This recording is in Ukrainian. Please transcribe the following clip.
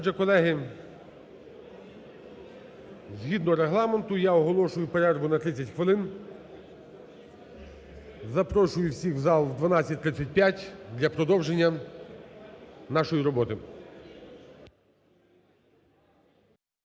Отже, колеги, згідно Регламенту я оголошую перерву на 30 хвилин. Запрошую всіх в зал в 12:35 для продовження нашої роботи.